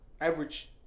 average